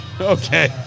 Okay